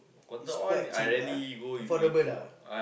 it's quite cheap ah ah affordable lah